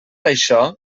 això